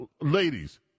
ladies